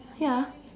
ya